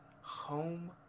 Home